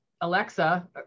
alexa